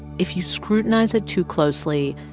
if you scrutinize it too closely,